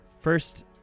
First